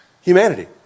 humanity